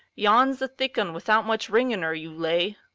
yon's a thick un without much ring in her, you lay.